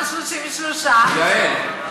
יעל,